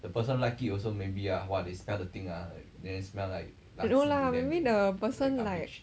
no lah maybe the person like